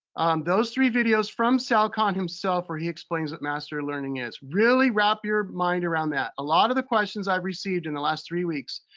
those three videos from sal khan himself where he explains what mastery learning is. really wrap your mind around that. a lot of questions i received in the last three weeks,